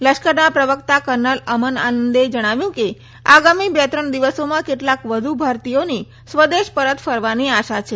લશ્કરના પ્રવક્તા કર્નલ અમન આનંદે જણાવ્યું કે આગામી બે ત્રણ દિવસોમાં કેટલાક વધુ ભારતીયોની સ્વદેશ પરત ફરવાની આશા છે